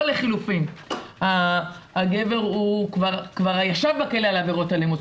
לחלופין הגבר כבר ישב בכלא על עבירות אלימות,